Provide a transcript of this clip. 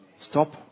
Stop